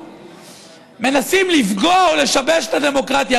מנסים לפגוע או לשבש את הדמוקרטיה.